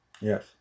Yes